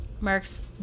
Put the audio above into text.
marks